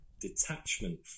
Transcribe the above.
detachment